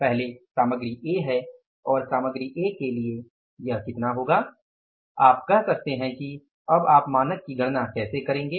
पहले सामग्री ए है और सामग्री ए के लिए यह कितना होगा आप कह सकते हैं कि अब आप मानक की गणना कैसे करेंगे